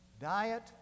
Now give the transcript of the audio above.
diet